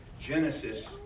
Genesis